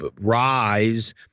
rise